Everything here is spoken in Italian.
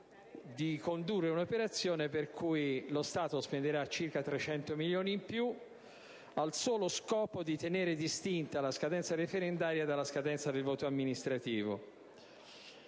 di condurre un'operazione per cui lo Stato spenderà circa 300 milioni in più, al solo scopo di tenere distinta la scadenza del voto referendario dal voto amministrativo.